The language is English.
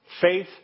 faith